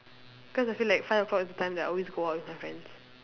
cause I feel like five o-clock is the time that I always go out with my friends